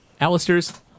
Alistair's